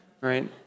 right